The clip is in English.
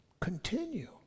Continue